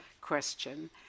question